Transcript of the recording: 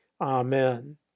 Amen